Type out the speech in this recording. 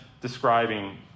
describing